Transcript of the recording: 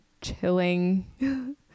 chilling